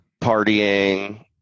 partying